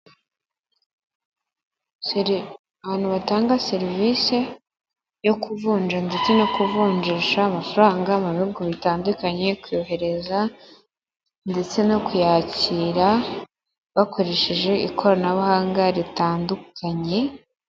abantu batanga serivisi yo kuvunja ndetse no kuvunjisha amafaranga mu bihugu bitandukanye, kohereza ndetse no kuyakira bakoresheje ikoranabuhanga ritandukanye.